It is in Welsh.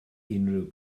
unrhyw